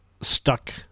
stuck